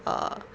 uh